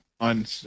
on